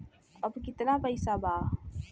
अब कितना पैसा बा?